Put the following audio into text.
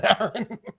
Aaron